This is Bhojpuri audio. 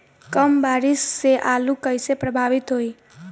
कम बारिस से आलू कइसे प्रभावित होयी?